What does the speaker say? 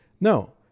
No